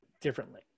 differently